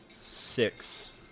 six